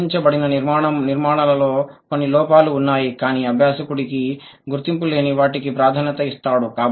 గుర్తించబడిన నిర్మాణాలలో కొన్ని లోపాలు ఉన్నాయి కానీ అభ్యాసకుడికి గుర్తింపులేని వాటికి ప్రాధాన్యత ఇస్తాడు